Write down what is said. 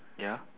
ya